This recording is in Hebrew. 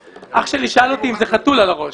אח שלי שאל אותי אם זה חתול על הראש,